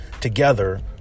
together